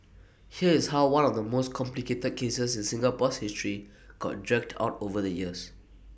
here is how one of the most complicated cases in Singapore's history got dragged out over the years